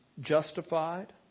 justified